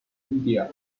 medea